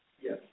Yes